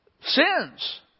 sins